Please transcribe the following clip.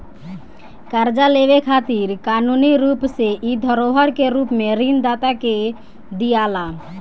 कर्जा लेवे खातिर कानूनी रूप से इ धरोहर के रूप में ऋण दाता के दियाला